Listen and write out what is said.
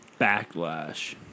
backlash